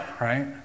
right